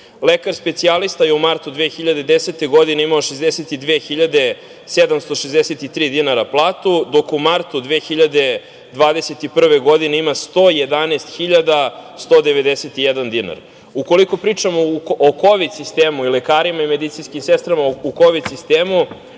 Lekar specijalista je u martu 2010. godine imao 62.763 dinara platu, dok u martu 2021. godine ima 111.191 dinar. Ukoliko pričamo o Kovid sistemu i lekarima i medicinskim sestrama, lekar